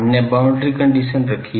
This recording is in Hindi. हमने बाउंड्री कंडीशन रखी